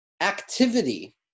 activity